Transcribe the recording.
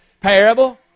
parable